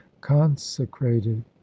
consecrated